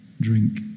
drink